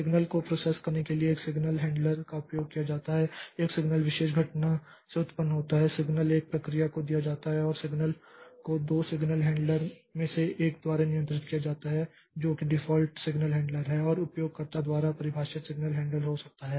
signal को process करने के लिए एक सिग्नल हैंडलर का उपयोग किया जाता है एक सिग्नल विशेष घटना से उत्पन्न होता है सिग्नल एक प्रक्रिया को दिया जाता है और सिग्नल को दो सिग्नल हैंडलर में से एक द्वारा नियंत्रित किया जाता है जो कि डिफ़ॉल्ट सिग्नल हैंडलर है और उपयोगकर्ता द्वारा परिभाषित सिग्नल हैंडलर हो सकता है